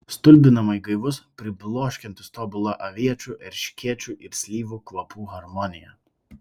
stulbinamai gaivus pribloškiantis tobula aviečių erškėčių ir slyvų kvapų harmonija